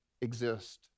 exist